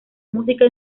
música